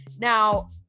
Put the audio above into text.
Now